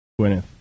Gwyneth